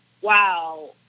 wow